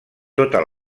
tota